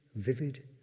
vivid,